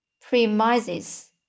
premises